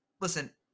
listen